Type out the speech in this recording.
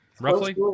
Roughly